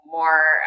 more